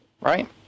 right